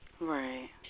Right